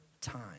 time